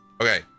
Okay